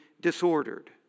disordered